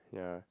yeah